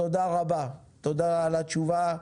תודה על התשובה,